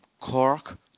Cork